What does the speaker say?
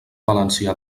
valencià